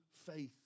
Faith